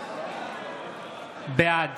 בעד